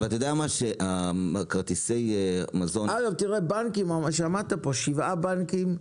אגב שאמרת פה, שבעה בנקים,